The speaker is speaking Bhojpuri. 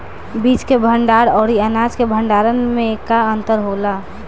बीज के भंडार औरी अनाज के भंडारन में का अंतर होला?